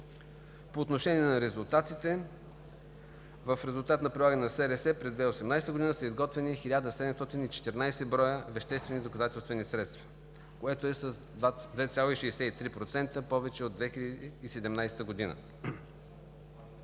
По отношение на резултатите – в резултат на прилагане на СРС през 2018 г. са изготвени 1714 броя веществени доказателствени средства, което е с 2,63% повече от 2017 г.